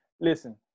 listen